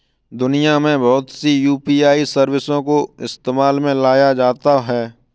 दुनिया में बहुत सी यू.पी.आई सर्विसों को इस्तेमाल में लाया जाता है